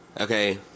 Okay